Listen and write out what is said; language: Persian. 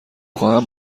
خواهم